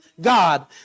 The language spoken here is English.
God